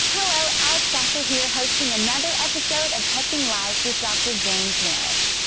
hello, alex sasser here, hosting another episode of touching lives with dr. james merritt.